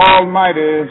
Almighty